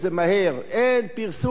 אין פרסום כזה גדול,